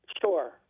sure